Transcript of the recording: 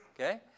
Okay